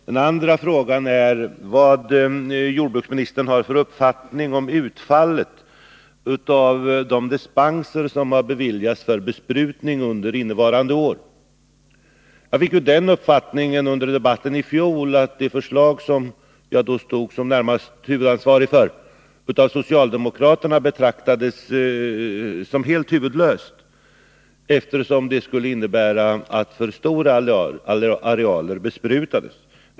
Den andra frågan gäller vad jordbruksministern har för uppfattning om utfallet av de dispenser som givits för besprutning under innevarande år. Jag fick uppfattningen under debatten i fjol att det förslag jag stod som huvudansvarig för av socialdemokraterna betraktades som helt huvudlöst, eftersom det skulle innebära att för stora arealer besprutades.